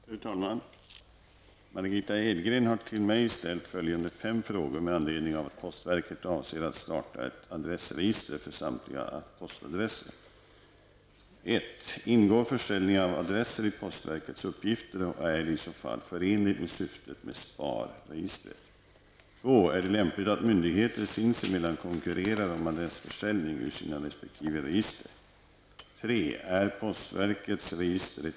Fru talman! Margitta Edgren har till mig ställt följande fem frågor med anledning av att postverket avser att starta ett adressregister för samtliga postadresser.